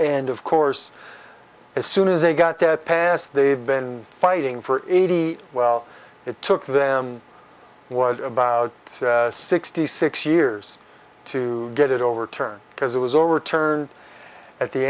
and of course as soon as they got that pass they've been fighting for eighty well it took them one about sixty six years to get it overturned because it was overturned at the